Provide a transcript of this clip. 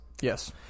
Yes